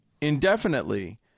indefinitely